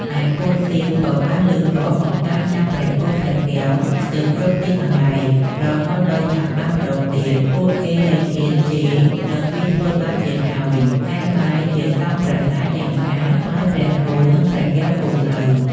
ឯពួកសៀមក៏បានលើកទ័ពមកតាមចាប់ព្រះគោព្រះកែវស្ទើរគ្រប់ទីកន្លែង រហូតដល់ចាប់បានម្ដងទៀត ពួកគេលែងហ៊ានជេរនិងវាយធ្វើបាបទៀតហើយ តែបែរជាសង់ប្រាសាទយ៉ាងស្អាតឲ្យព្រះគោនិងព្រះកែវគង់នៅ។